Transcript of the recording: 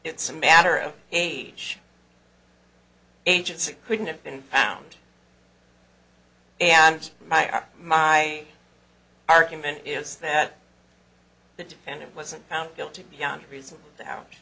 it's a matter of age agency couldn't have been found and my are my argument is that the defendant wasn't found guilty beyond a reasonable doubt